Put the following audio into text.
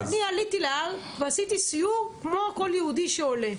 אני עליתי להר ועשיתי סיור כמו כל יהודי שעולה.